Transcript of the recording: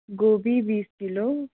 गोभी बीस किलो